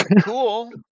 cool